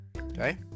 Okay